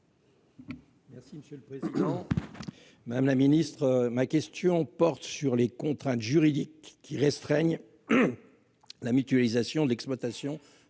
Merci monsieur le président. Madame la ministre ma question porte sur les contraintes juridiques qui restreignent. La mutualisation d'exploitations